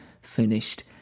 finished